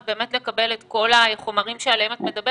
אז באמת לקבל את כל החומרים שעליהם את מדברת.